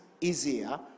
easier